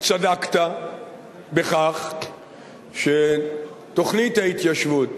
צדקת בכך שתוכנית ההתיישבות